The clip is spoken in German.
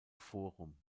forum